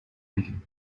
lane